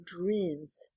dreams